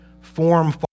form